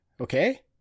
okay